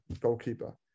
goalkeeper